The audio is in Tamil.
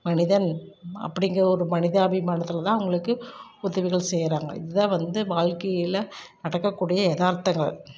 மனிதன் அப்படிங்கிற ஒரு மனதாபிமானத்தில் தான் அவங்களுக்கு உதவிகள் செய்யறாங்க இதுதான் வந்து வாழ்க்கையில் நடக்கக்கூடிய எதார்த்தங்கள்